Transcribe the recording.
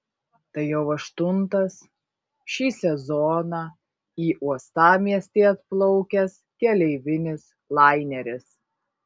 tai jau aštuntas šį sezoną į uostamiestį atplaukęs keleivinis laineris